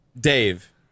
Dave